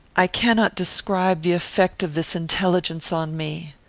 i cannot describe the effect of this intelligence on me.